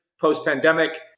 post-pandemic